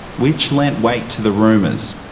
which leant weight to the rumours.